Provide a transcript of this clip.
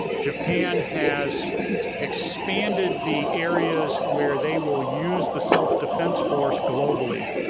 japan has expanded the areas where they will use the self defense force globally.